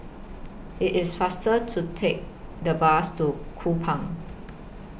IT IS faster to Take The Bus to Kupang